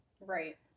right